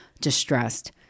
distressed